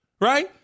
Right